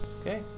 Okay